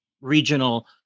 regional